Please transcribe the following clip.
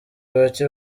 bake